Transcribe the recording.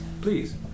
Please